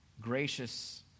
gracious